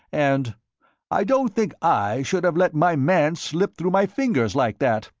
and i don't think i should have let my man slip through my fingers like that,